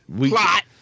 Plot